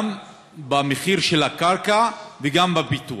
גם במחיר של הקרקע וגם בפיתוח.